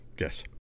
Yes